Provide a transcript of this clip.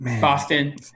Boston